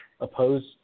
opposed